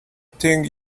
thing